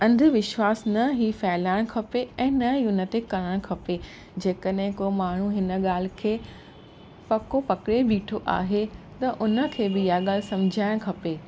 अंधविश्वास न ई फैलाइणु खपे ऐं न उन ई ते करणु खपे जेकॾहिं को माण्हू हिन ॻाल्हि खे पको पकिड़े ॿीठो आहे त उन खे बि इहा ॻाल्हि सम्झाइणु खपे